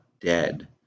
dead